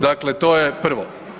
Dakle, to je prvo.